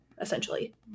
essentially